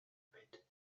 pit